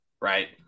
right